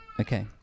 Okay